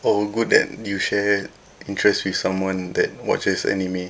oh good that you share interests with someone that watches anime